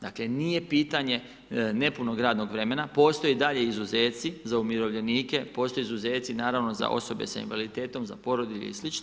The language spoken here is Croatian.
Dakle, nije pitanje nepunog radnog vremena, postoje dalje izuzeci, za umirovljenike, postoje izuzeci naravno za osobe s invaliditetom, za porodilje i sl.